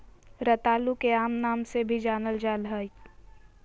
रतालू के आम नाम से भी जानल जाल जा हइ